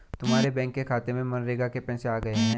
तुम्हारे बैंक के खाते में मनरेगा के पैसे आ गए हैं